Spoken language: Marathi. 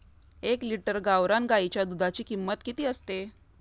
एक लिटर गावरान गाईच्या दुधाची किंमत किती असते?